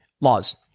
laws